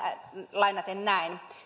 suora lainaus näin